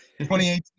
2018